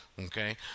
Okay